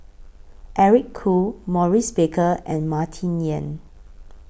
Eric Khoo Maurice Baker and Martin Yan